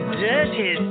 dirty